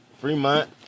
Fremont